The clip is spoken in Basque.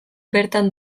bertan